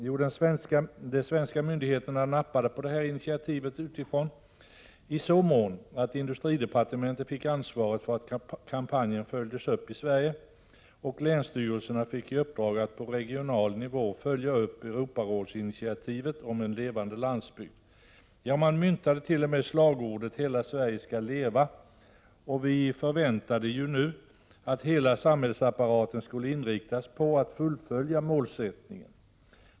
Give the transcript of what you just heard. Jo, de svenska myndigheterna nappade på initiativet utifrån så till vida att industridepartementet fick ansvaret för att kampanjen följdes upp i Sverige, och länsstyrelserna fick i uppdrag att på regional nivå följa upp Europarådsinitiativet om ”en levande landsbygd”. Ja, man myntade t.o.m. slagordet ”Hela Sverige skall leva”. Vi förväntade oss nu att hela samhällsapparaten skulle inriktas på att fullfölja målsättningen.